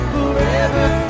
Forever